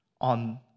on